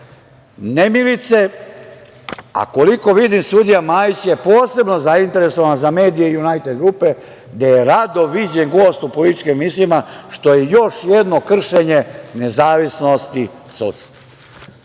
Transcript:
nemilice, a koliko vidim, sudija Majić je posebno zainteresovan za medije „Junajted grupe“, gde je rado viđen gost u političkim emisijama, što je još jedno kršenje nezavisnosti sudstva. Ono